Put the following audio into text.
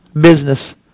business